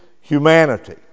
humanity